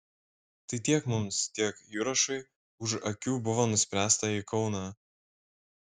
tai tiek mums tiek jurašui už akių buvo nuspręsta į kauną